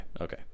okay